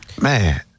Man